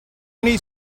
need